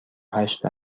هشت